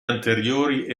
anteriori